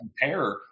compare